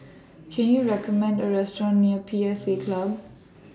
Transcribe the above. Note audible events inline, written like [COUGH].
[NOISE] Can YOU recommend A Restaurant near P S A Club